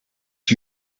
are